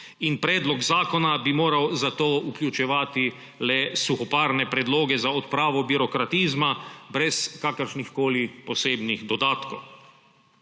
in predlog zakona bi moral zato vključevati le suhoparne predloge za odpravo birokratizma brez kakršnihkoli posebnih dodatkov.